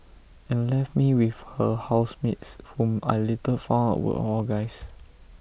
and left me with her housemates whom I later found out were all guys